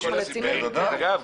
לנו